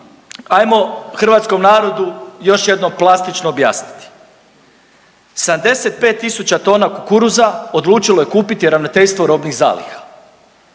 Ajmo hrvatskom narodu još jednom plastično objasniti, 75 tisuća tona kukuruza odlučilo je kupiti Ravnateljstvo robnih zaliha